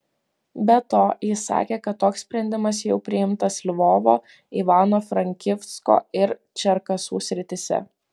be to jis sakė kad toks sprendimas jau priimtas lvovo ivano frankivsko ir čerkasų srityse